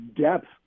depth